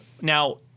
Now